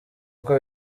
kuko